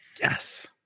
Yes